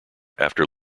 after